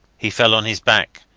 he fell on his back,